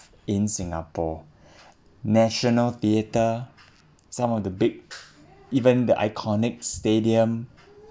in singapore national theatre some of the big even the iconic stadium